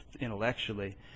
intellectually